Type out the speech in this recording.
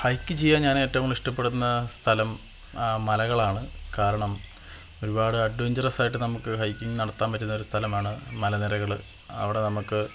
hike ചെയ്യാന് ഞാന് ഏറ്റവും ഇഷ്ടപ്പെടുന്ന സ്ഥലം മലകളാണ് കാരണം ഒരുപാട് അഡ്വസ്റാഞ്ചറസായിട്ട് നമുക്ക് ഹൈക്കിംഗ് നടത്താന് പറ്റുന്ന സ്ഥലമാണ് മലനിരകള് അവിടെ നമുക്ക്